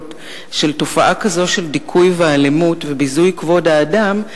של תופעה כזאת של דיכוי ואלימות וביזוי כבוד האדם,